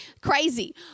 Crazy